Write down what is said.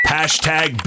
Hashtag